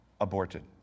aborted